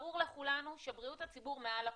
ברור לכולנו שבריאות הציבור מעל הכול,